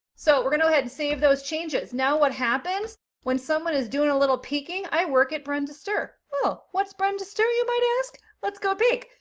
so we're gonna go ahead and save those changes. now, what happens when someone is doing a little peeking, i work at brenda ster. oh, what's brenda ster you might ask? let's go peek!